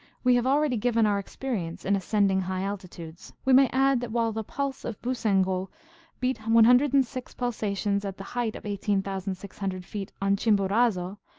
we have already given our experience in ascending high altitudes. we may add that while the pulse of boussingault beat one hundred and six pulsations at the height of eighteen thousand six hundred feet on chimborazo,